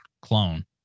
clone